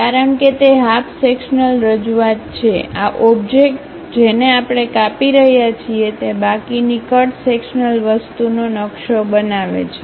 કારણ કે તે હાફ સેક્શન્લ રજૂઆત છે આ ઓબ્જેક્ટ જેને આપણે કાપી રહ્યા છીએ તે બાકીની કટ સેક્શન્લ વસ્તુનો નકશો બનાવે છે